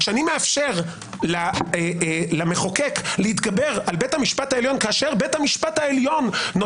שאני מאפשר למחוקק להתגבר על בית המשפט העליון כאשר